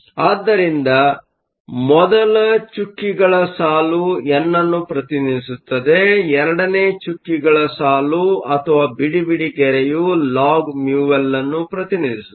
ಆದ್ದರಿಂದ ಮೊದಲ ಚುಕ್ಕೆಗಳ ಸಾಲು ಎನ್ ಅನ್ನು ಪ್ರತಿನಿಧಿಸುತ್ತದೆ ಎರಡನೇ ಚುಕ್ಕಿಗಳ ಸಾಲು ಅಥವಾ ಬಿಡಿ ಬಿಡಿ ಗೆರೆಯು ಲಾಗ್μL ಅನ್ನು ಪ್ರತಿನಿಧಿಸುತ್ತದೆ